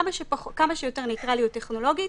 כמה שיותר ניטרליות טכנולוגית,